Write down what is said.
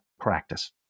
practice